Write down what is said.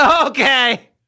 Okay